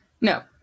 No